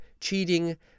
Cheating